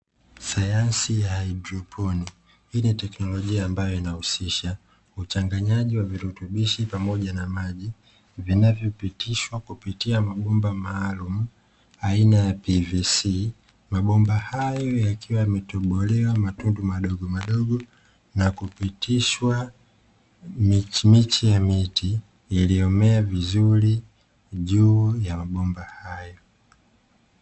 Sayansi ya haidroponi, hii ni teknolojia ambayo inahusisha uchanganyaji wa virutubishi pamoja na maji vinavyopitishwa kupitia mabomba maalum aina ya (PVC), mabomba hayo yakiwa yametobolewa matundu madogo madogo na kupitishwa michi miche ya miti iliyomea vizuri juu ya mabomba hayo.